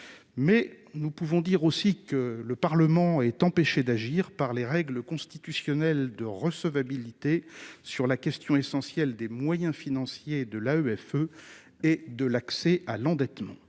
mais nous pouvons dire aussi que le Parlement est empêchée d'agir par les règles constitutionnelles de recevabilité sur la question essentielle des moyens financiers de l'EFE et de l'accès à l'endettement,